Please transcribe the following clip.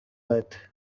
earth